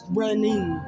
running